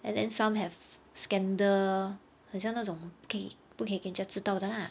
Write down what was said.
and then some have scandal 很像那种不可以不可以给人家知道的 lah